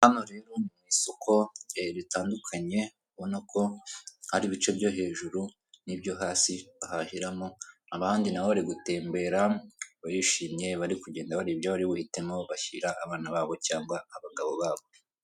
Hano rero ni isoko ritandukanye, ubona ko hari ibice byo hejuru n'ibyo hasi bahahiramo, abandi naho bari gutembera barishimye, bari kugenda bareba ibyo bari buhitemo bashyira abana babo, cyangwa abagabo babo.